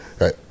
right